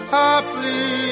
happily